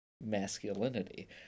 masculinity